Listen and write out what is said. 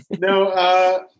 No